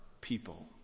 people